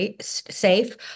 safe